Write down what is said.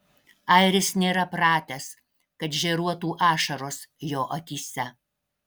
airis nėra pratęs kad žėruotų ašaros jo akyse